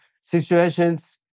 situations